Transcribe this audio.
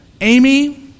Amy